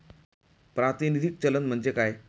प्रातिनिधिक चलन म्हणजे काय?